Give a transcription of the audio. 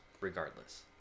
regardless